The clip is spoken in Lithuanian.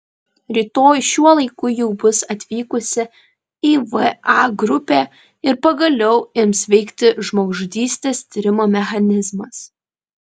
rytoj šiuo laiku jau bus atvykusi įva grupė ir pagaliau ims veikti žmogžudystės tyrimo mechanizmas